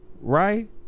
right